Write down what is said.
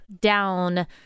down